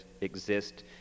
exist